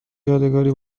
یادگاری